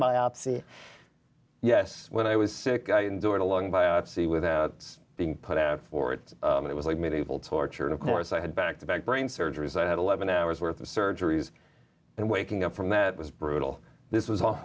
biopsy yes when i was sick i endured a long biopsy without being put out for it it was like medieval torture and of course i had back to back brain surgeries i had eleven hours worth of surgeries and waking up from that was brutal this was a